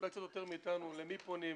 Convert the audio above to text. יותר מאתנו למי פונים,